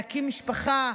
להקים משפחה,